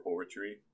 poetry